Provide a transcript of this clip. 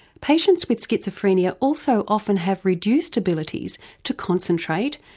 patients with schizophrenia also often have reduced abilities to concentrate,